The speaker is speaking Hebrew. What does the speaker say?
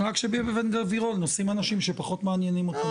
רק שבאבן גבירול נוסעים אנשים שפחות מעניינים אותם,